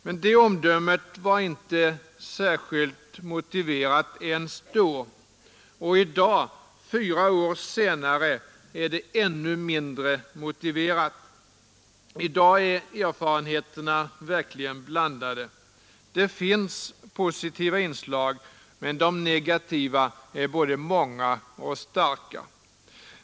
Men det omdömet var inte särskilt motiverat ens då, och i dag, fyra år senare, är det ännu mindre motiverat. I dag är erfarenheterna verkligen blandade. Det finns positiva inslag, men de negativa är både många och starka.